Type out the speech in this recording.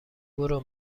برو